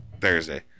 Thursday